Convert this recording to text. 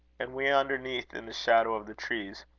and we underneath in the shadow of the trees.